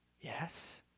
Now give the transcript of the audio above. yes